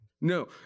no